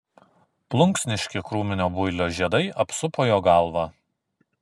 plunksniški krūminio builio žiedai apsupo jo galvą